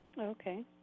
Okay